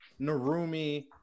Narumi